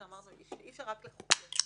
כשאמרנו שאי אפשר רק לחוקק.